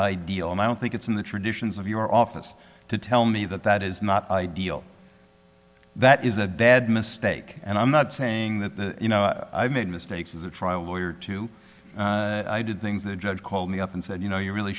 ideal and i don't think it's in the traditions of your office to tell me that that is not ideal that is a bad mistake and i'm not saying that you know i made mistakes as a trial lawyer to i did things the judge called me up and said you know you really